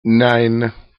nine